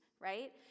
right